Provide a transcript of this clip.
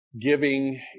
giving